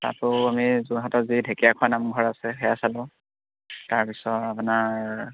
তাতো আমি যোৰহাটৰ যি ঢেকীয়াখোৱা নামঘৰ আছে সেয়া চালোঁ তাৰপিছত আপোনাৰ